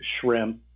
shrimp